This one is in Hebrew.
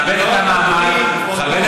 חבר הכנסת ילין, תכבד את המעמד, לא נותנים, כבודו.